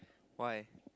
why